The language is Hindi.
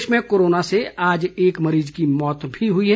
प्रदेश में कोरोना से आज एक मरीज की मौत भी हुई है